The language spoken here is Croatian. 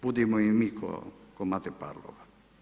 Budimo i mi ko Mate Parlov.